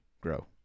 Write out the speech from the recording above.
grow